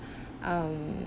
um